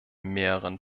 mehreren